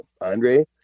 Andre